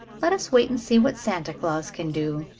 let us wait and see what santa claus can do,